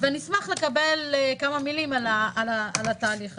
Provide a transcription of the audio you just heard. אשמח לשמוע כמה מילים על התהליך הזה.